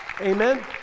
Amen